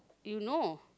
you know